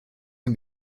can